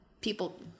people